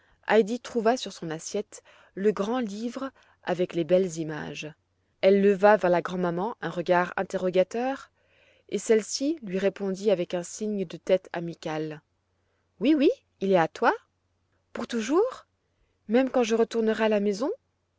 heidi trouva sur son assiette le grand livre avec les belles images elle leva vers la grand'maman un regard interrogateur et celle-ci lui répondit avec un signe de tête amical oui oui il est à toi pour toujours même quand je retournerai à la maison